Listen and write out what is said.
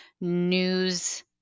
news